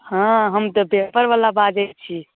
हँ हम तऽ पेपर बला बाजैत छी